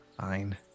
Fine